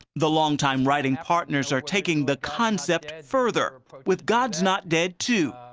the long-time writing partners are taking the concept further with god's not dead two.